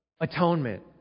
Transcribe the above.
Atonement